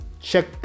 check